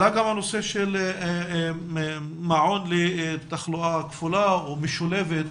עלה גם הנושא של מעון לתחלואה כפולה או משולבת,